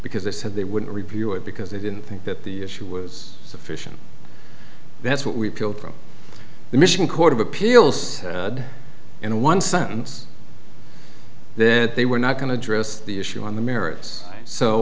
because they said they wouldn't review it because they didn't think that the issue was sufficient that's what we feel from the mission court of appeals in one sentence then they were not going to address the issue on the merits so